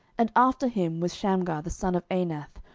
and after him was shamgar the son of anath,